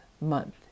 Month